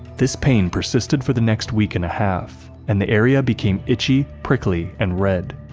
this pain persisted for the next week and a half, and the area became itchy, prickly, and red.